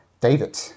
David